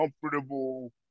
comfortable